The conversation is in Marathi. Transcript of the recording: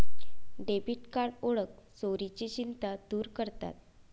डेबिट कार्ड ओळख चोरीची चिंता दूर करतात